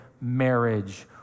marriage